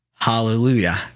hallelujah